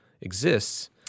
exists